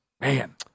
Man